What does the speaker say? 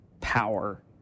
power